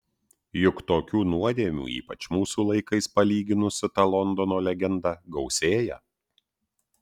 juk tokių nuodėmių ypač mūsų laikais palyginus su ta londono legenda gausėja